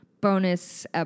bonus